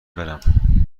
برم